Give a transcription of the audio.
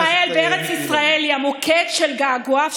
ריבונות ישראל בארץ ישראל היא המוקד של געגועיו,